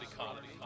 economy